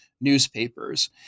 newspapers